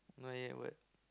not yet what